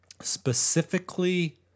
specifically